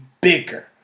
bigger